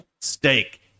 Steak